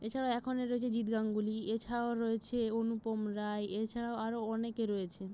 এছাড়া এখনের রয়েছে জিৎ গাঙ্গুলি এছাড়াও রয়েছে অনুপম রায় এছাড়াও আরো অনেকে রয়েছেন